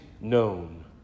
known